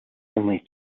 only